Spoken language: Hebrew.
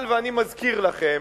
אבל, ואני מזכיר לכם,